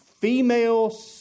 Female